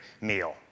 meal